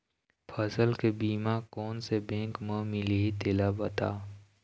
फसल के बीमा कोन से बैंक म मिलही तेला बता?